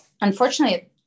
Unfortunately